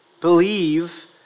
believe